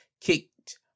kicked